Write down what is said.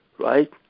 Right